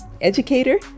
educator